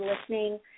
listening